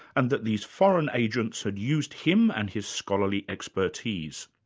and that these foreign agents had used him and his scholarly expertise.